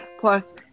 Plus